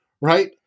right